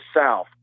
South